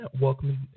Welcome